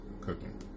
cooking